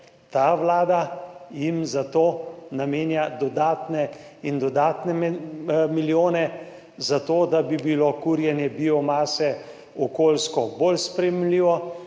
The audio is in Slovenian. ta vlada jim za to namenja dodatne in dodatne milijone, zato da bi bilo kurjenje biomase okoljsko bolj sprejemljivo,